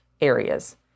areas